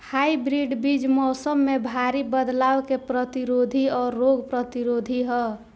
hybrid बीज मौसम में भारी बदलाव के प्रतिरोधी और रोग प्रतिरोधी ह